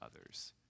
others